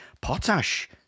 Potash